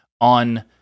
on